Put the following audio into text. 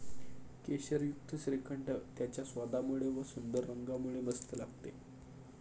केशरयुक्त श्रीखंड त्याच्या स्वादामुळे व व सुंदर रंगामुळे मस्त लागते